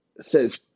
says